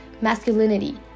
masculinity